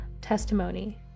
testimony